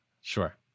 Sure